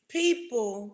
people